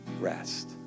rest